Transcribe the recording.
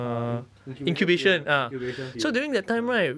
uh in~ incubation period incubation period ya